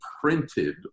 printed